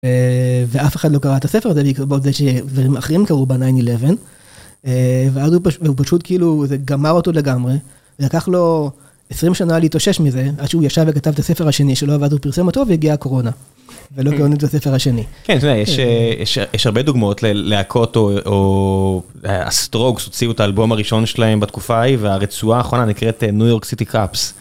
ואף אחד לא קרא את הספר הזה בעקבות זה ש... ו... אחרים קראו ב-11.9, ואז הוא פשוט... והוא פשוט כאילו, זה גמר אותו לגמרי, זה לקח לו עשרים שנה להתאושש מזה, עד שהוא ישב וכתב את הספר השני שלו. ואז הוא פרסם אותו והגיעה הקורונה, ולא קראנו את הספר השני. -כן, זה... יש הרבה דוגמאות ללהקות, או... ה"סטרוקס" הוציאו את האלבום הראשון שלהם בתקופה ההיא, והרצועה האחרונה נקראת New York City Cups.